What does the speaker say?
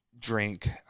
drink